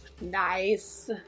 Nice